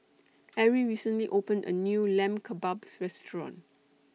Arrie recently opened A New Lamb Kebabs Restaurant